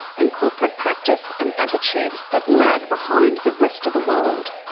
and corporate practice and attitudes that lag behind the rest of the world.